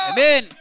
Amen